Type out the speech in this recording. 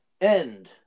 end